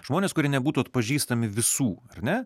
žmonės kurie nebūtų atpažįstami visų ar ne